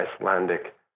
Icelandic